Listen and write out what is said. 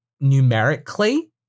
numerically